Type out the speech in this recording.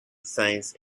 science